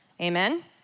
Amen